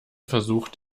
versucht